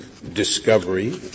discovery